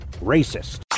racist